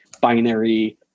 binary